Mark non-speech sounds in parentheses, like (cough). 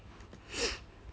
(noise)